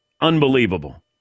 unbelievable